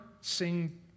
sing